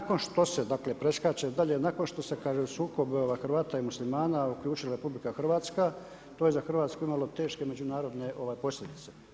Nakon što se dakle preskače dalje, nakon što se kaže u sukob Hrvata i Muslimana uključila RH to je za Hrvatsku imalo teške međunarodne posljedice.